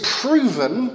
proven